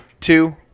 two